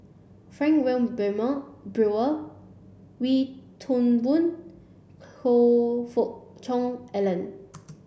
Frank Wilmin Brewer Wee Toon Boon Hoe Fook Cheong Alan